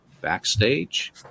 backstage